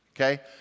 okay